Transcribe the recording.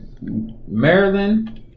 Maryland